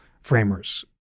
framers